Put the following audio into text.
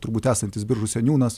turbūt esantis biržų seniūnas